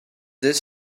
this